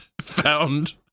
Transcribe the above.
found